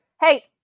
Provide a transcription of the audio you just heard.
Hey